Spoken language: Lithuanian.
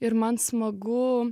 ir man smagu